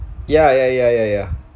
ya ya ya ya ya